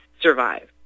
survive